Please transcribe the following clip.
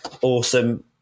awesome